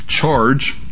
charge